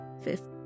Fifth